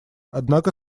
однако